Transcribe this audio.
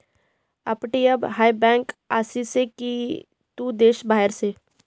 अपटीया हाय बँक आसी से की तू देश बाहेर से